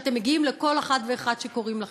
כשאתם מגיעים לכל אחד ואחת שקוראים לכם.